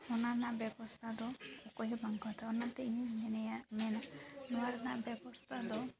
ᱚᱱᱟ ᱨᱮᱱᱟᱜ ᱵᱮᱵᱚᱥᱛᱷᱟ ᱫᱚ ᱚᱠᱚᱭ ᱦᱚᱸ ᱵᱟᱝ ᱠᱚ ᱦᱟᱛᱟᱣᱟ ᱚᱱᱟᱛᱮ ᱤᱧᱤᱧ ᱢᱚᱱᱮᱭᱟ ᱢᱮᱱᱟ ᱱᱚᱣᱟ ᱨᱮᱱᱟᱜ ᱵᱮᱵᱚᱥᱛᱷᱟ ᱫᱚ